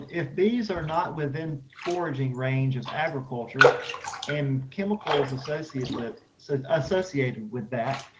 if bees are not within foraging range of agriculture and chemicals associated with so associated with that,